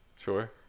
Sure